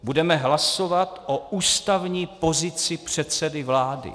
Budeme hlasovat o ústavní pozici předsedy vlády.